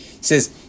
says